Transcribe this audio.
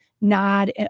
nod